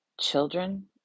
children